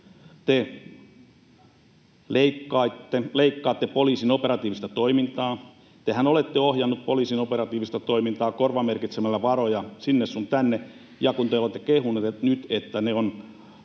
te leikkaatte poliisin operatiivista toimintaa? Tehän olette ohjanneet poliisin operatiivista toimintaa korvamerkitsemällä varoja sinne sun tänne, ja kun te olette kehuneet, että ne ovat